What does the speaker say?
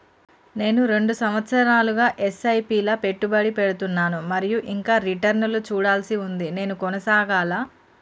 నేను రెండు సంవత్సరాలుగా ల ఎస్.ఐ.పి లా పెట్టుబడి పెడుతున్నాను మరియు ఇంకా రిటర్న్ లు చూడాల్సి ఉంది నేను కొనసాగాలా?